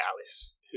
Alice